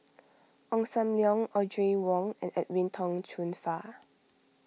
Ong Sam Leong Audrey Wong and Edwin Tong Chun Fai